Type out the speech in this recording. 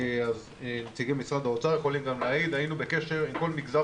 אז נציגי משרד האוצר יכולים גם להעיד שהיינו בקשר עם כל מגזר